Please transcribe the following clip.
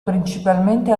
principalmente